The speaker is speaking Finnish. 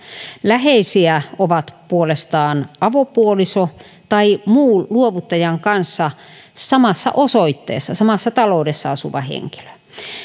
läheisiä ovat puolestaan avopuoliso tai muu luovuttajan kanssa samassa osoitteessa samassa taloudessa asuva henkilö